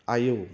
आयौ